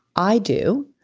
i do.